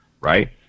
right